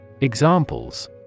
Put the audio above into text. Examples